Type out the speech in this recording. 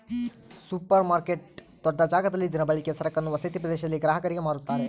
super market ದೊಡ್ಡ ಜಾಗದಲ್ಲಿ ದಿನಬಳಕೆಯ ಸರಕನ್ನು ವಸತಿ ಪ್ರದೇಶದಲ್ಲಿ ಗ್ರಾಹಕರಿಗೆ ಮಾರುತ್ತಾರೆ